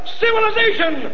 civilization